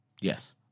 Yes